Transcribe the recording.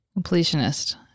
Completionist